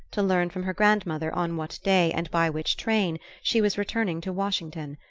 to learn from her grandmother on what day, and by which train, she was returning to washington.